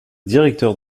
directeur